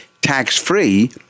tax-free